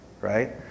right